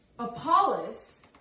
Apollos